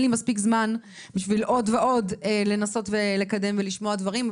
לי מספיק זמן בשביל עוד ועוד לנסות ולקדם ולשמוע דברים.